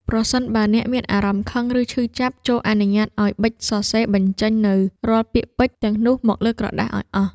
ប្រសិនបើអ្នកមានអារម្មណ៍ខឹង ឬឈឺចាប់ ចូរអនុញ្ញាតឱ្យប៊ិចសរសេរបញ្ចេញនូវរាល់ពាក្យពេចន៍ទាំងនោះមកលើក្រដាសឱ្យអស់។